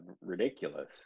ridiculous